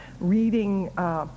reading